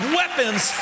weapons